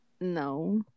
No